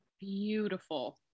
beautiful